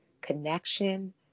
connection